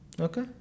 okay